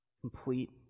Complete